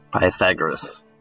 Pythagoras